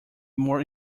more